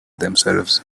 themselves